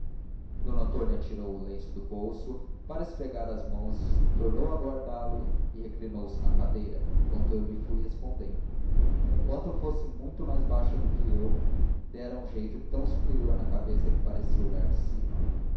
não d antônia tirou o lenço do bolso para esfregar as mãos tornou a guardá-lo e reclinou-se na cadeira enquanto eu lhe fui respondendo conquanto fosse muito mais baixa que eu dera um jeito tão superior na cabeça que parecia olhar de cima